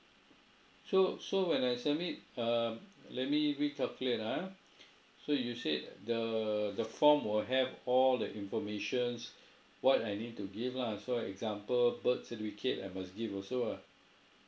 so so when I submit err let me recalculate ah so you said the the form will have all the informations what I need to give lah so example birth certificate I must give also ah